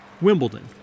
Wimbledon